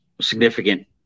significant